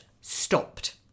stopped